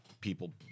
people